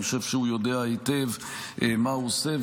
אני חושב שהוא יודע היטב מה הוא עושה,